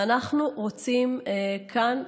ואנחנו רוצים כאן,